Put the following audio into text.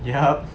yup